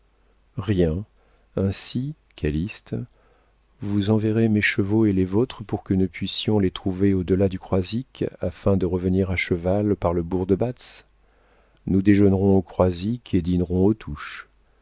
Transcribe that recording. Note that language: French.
rien ainsi calyste vous enverrez mes chevaux et les vôtres pour que nous puissions les trouver au delà du croisic afin de revenir à cheval par le bourg de batz nous déjeunerons au croisic et dînerons aux touches